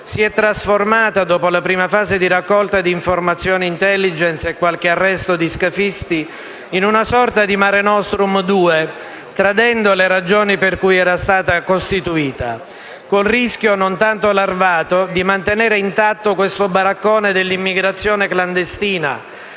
si è trasformata, dopo la prima fase di raccolta di informazioni di *intelligence* e qualche arresto di scafisti, in una sorta di Mare nostrum 2, tradendo le ragioni per cui era stata costituita, col rischio non tanto larvato di mantenere intatto questo baraccone dell'immigrazione clandestina,